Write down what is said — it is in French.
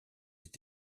est